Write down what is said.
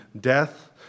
death